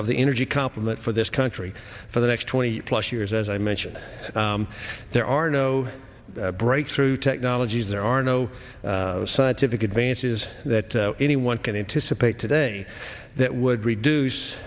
of the energy complement for this country for the next twenty plus years as i mentioned there are no breakthrough technologies there are no scientific advances that anyone can anticipate today that would reduce